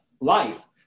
life